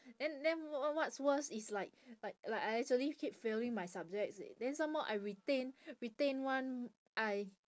then then wh~ what what's worse is like like like I actually keep failing my subjects then some more I retain retain one I